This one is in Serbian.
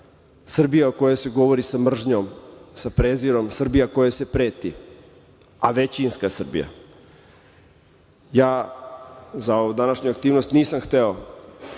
Srbija o kojoj se govori sa mržnjom, sa prezirom, Srbija kojoj se preti, a većinska Srbija.Za ovu današnju aktivnost nisam hteo